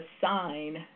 sign